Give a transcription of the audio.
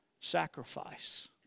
sacrifice